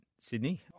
Sydney